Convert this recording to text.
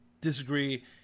disagree